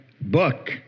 book